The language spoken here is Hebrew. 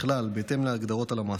ככלל בהתאם להגדרות הלמ"ס,